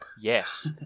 Yes